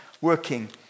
working